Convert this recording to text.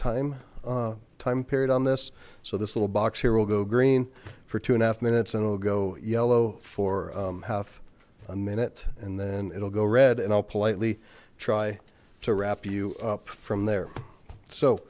time time period on this so this little box here will go green for two and a half minutes and it'll go yellow for half a minute and then it'll go red and i'll politely try to wrap you up from there so